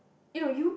you know you